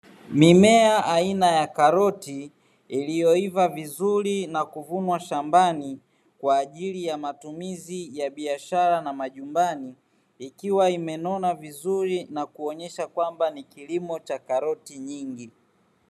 Mimea aina ya karoti iliyoiva vizuri na kuvunwa shambani kwa ajili ya matumizi ya biashara na majumbani, ikiwa imenona vizuri na kuonyesha kwamba ni kilimo cha karoti nyingi.